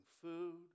food